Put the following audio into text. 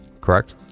Correct